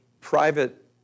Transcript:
private